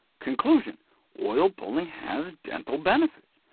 conclusion oil pulling has dental benefits.